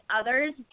others